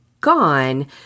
gone